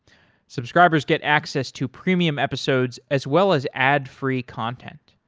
subscribers get access to premium episodes as well as ad free content.